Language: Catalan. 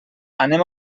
anem